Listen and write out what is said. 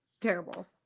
terrible